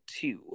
two